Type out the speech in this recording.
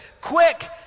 Quick